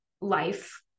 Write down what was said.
life